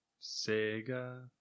Sega